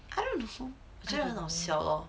I don't know 我觉的很好笑 lor